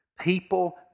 People